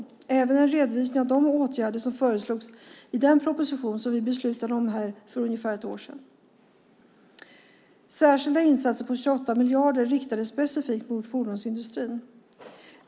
Här behandlas även en redovisning av de åtgärder som föreslogs i den proposition som vi för ungefär ett år sedan beslutade om. Särskilda insatser för 28 miljarder riktades specifikt till fordonsindustrin.